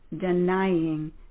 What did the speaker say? denying